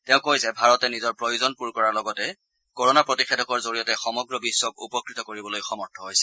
তেওঁ কয় যে ভাৰতে নিজৰ প্ৰয়োজন পুৰ কৰাৰ লগতে কৰোণা প্ৰতিষেধকৰ জৰিয়তে সমগ্ৰ বিশ্বক উপকৃত কৰিবলৈ সমৰ্থ হৈছে